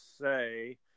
say